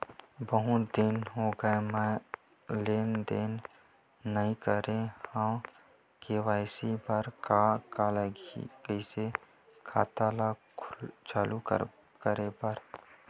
बहुत दिन हो गए मैं लेनदेन नई करे हाव के.वाई.सी बर का का कइसे खाता ला चालू करेबर?